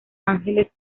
ángeles